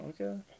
Okay